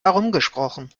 herumgesprochen